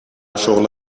شغل